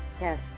yes